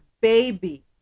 baby